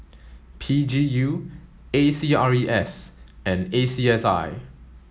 P G U A C R E S and A C S I